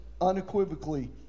unequivocally